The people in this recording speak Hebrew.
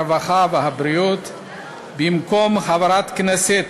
הרווחה והבריאות במקום חברת הכנסת